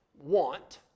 want